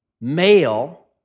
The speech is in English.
male